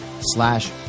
slash